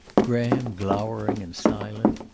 graham glowering and silent.